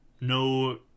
no